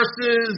versus